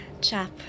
chap